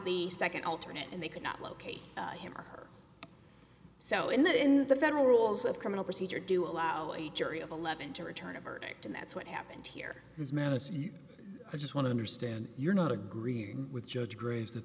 the nd alternate and they could not locate him or her so in the in the federal rules of criminal procedure do allow a jury of eleven to return a verdict and that's what happened here is madison i just want to understand you're not agreeing with judge agrees that